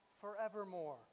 forevermore